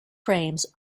frames